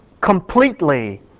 completely